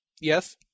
Yes